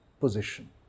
position